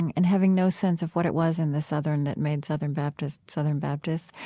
and and having no sense of what it was in the southern that made southern baptists, southern baptists,